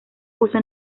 puso